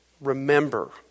remember